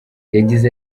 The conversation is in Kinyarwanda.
yagize